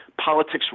politics